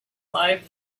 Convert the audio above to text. life